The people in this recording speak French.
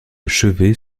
chevet